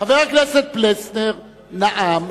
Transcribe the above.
חבר הכנסת פלסנר נאם.